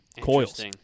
coils